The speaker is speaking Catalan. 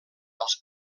als